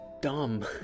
dumb